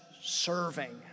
serving